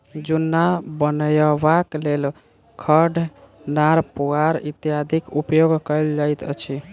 जुन्ना बनयबाक लेल खढ़, नार, पुआर इत्यादिक उपयोग कयल जाइत अछि